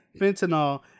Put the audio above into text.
fentanyl